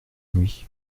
nuit